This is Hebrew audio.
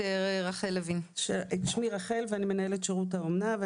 אני מנהלת שירות האומנה.